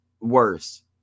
worse